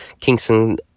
Kingston